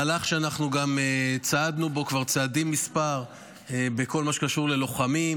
מהלך שאנחנו גם צעדנו בו כבר צעדים מספר בכל מה שקשור ללוחמים,